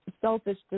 selfish